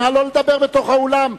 נא לא לדבר בתוך האולם.